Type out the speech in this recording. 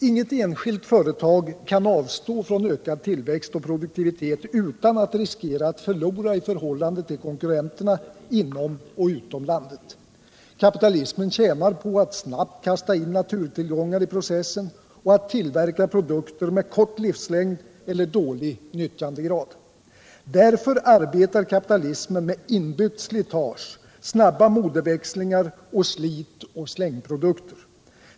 Inget enskilt företag kan avstå från ökad tillväxt och produktivitet utan att riskera att förlora i förhållande till konkurrenterna inom och utom landet. Kapitalismen tjänar på att snabbt kasta in naturtillgångar i processen och att tillverka produkter med kort livslängd eller dålig nyttjandegrad. Därför arbetar kapitalismen med inbyggt slitage, snabba modeväxlingar och slit-ochsläng-produkter.